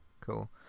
cool